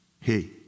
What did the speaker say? Hey